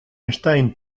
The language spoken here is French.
einstein